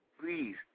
please